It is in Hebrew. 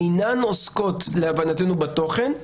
אינן עוסקות להבנתנו בתוכן,